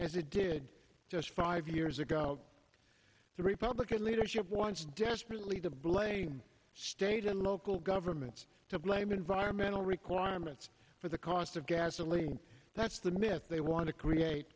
as it did just five years ago the republican leadership wants desperately to blame state and local governments to blame environmental requirements for the cost of gasoline that's the myth they want to create